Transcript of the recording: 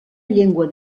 llengua